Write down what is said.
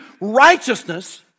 righteousness